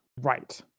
Right